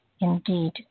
Indeed